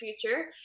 future